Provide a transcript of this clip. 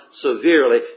severely